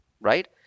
right